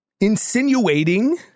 insinuating